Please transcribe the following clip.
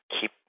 keep